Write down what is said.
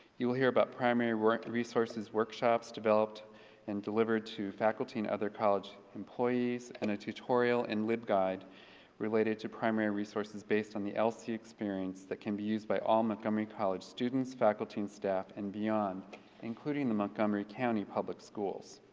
you will hear about primary resources workshops developed and delivered to faculty and other college employees and a tutorial and lib guide related to primary resources based on the lc experience that can be used by all montgomery college students, faculty and staff and beyond including the montgomery county public schools.